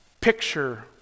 picture